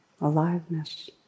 aliveness